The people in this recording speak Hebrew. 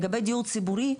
לגבי דיור ציבורי,